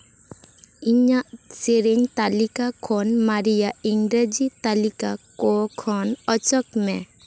ᱤᱧᱟᱹᱜ ᱥᱮᱨᱮᱧ ᱛᱟᱹᱞᱤᱠᱟ ᱠᱷᱚᱱ ᱢᱟᱨᱮᱭᱟᱜ ᱤᱝᱨᱟᱹᱡᱤ ᱛᱟᱹᱞᱤᱠᱟ ᱠᱚ ᱠᱷᱚᱱ ᱚᱪᱚᱜᱽ ᱢᱮ